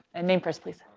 and name first, please.